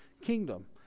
kingdom